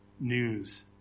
news